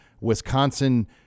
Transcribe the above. Wisconsin